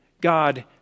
God